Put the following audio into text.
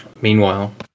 Meanwhile